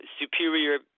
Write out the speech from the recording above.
superior